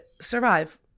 survive